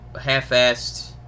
half-assed